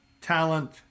talent